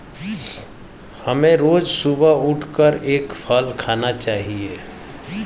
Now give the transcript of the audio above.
हमें रोज सुबह उठकर एक फल खाना चाहिए